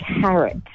carrot